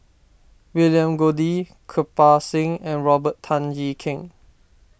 William Goode Kirpal Singh and Robert Tan Jee Keng